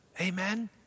Amen